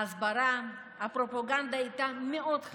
ההסברה, הפרופגנדה, הייתה מאוד חזקה.